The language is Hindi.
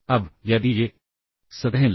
अब यह एक कॉल होगा